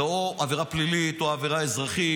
זה או עבירה פלילית או עבירה אזרחית,